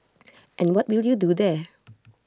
and what will you do there